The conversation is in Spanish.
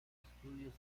estudios